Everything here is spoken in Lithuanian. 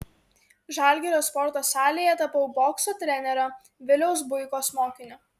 žalgirio sporto salėje tapau bokso trenerio viliaus buikos mokiniu